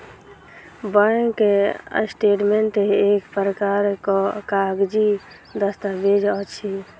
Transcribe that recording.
bank statement एक प्रकारक कागजी दस्तावेज अछि